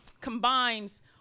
combines